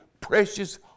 precious